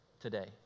today